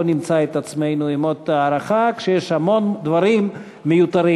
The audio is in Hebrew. נמצא את עצמנו עם עוד הארכה כשיש המון דברים מיותרים.